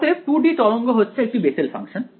অতএব 2 D তরঙ্গ হচ্ছে একটি বেসেল ফাংশন